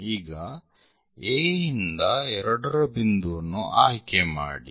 ಈಗ A ಇಂದ 2 ರ ಬಿಂದುವನ್ನು ಆಯ್ಕೆ ಮಾಡಿ